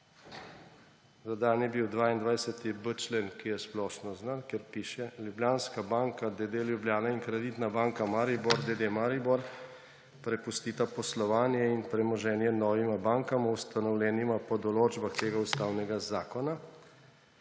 dodan je bil 22.b člen, ki je splošno znan, kjer piše: »Ljubljana banka, d. d., Ljubljana in Kreditna banka Maribor, d. d., Maribor prepustita poslovanje in premoženje novima bankama, ustanovljenima po določbah tega ustavnega zakona.«